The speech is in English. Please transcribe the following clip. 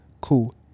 cool